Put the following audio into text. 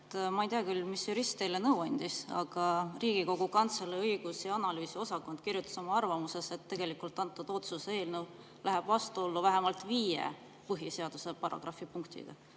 Ma ei tea, mis jurist teile nõu andis, aga Riigikogu Kantselei õigus- ja analüüsiosakond kirjutas oma arvamuses, et tegelikult läheb see otsuse eelnõu vastuollu vähemalt viie põhiseaduse paragrahvi punktidega.